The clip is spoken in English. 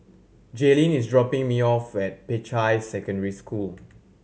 Jalynn is dropping me off at Peicai Secondary School